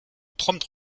prompt